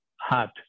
heart